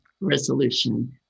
resolution